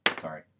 Sorry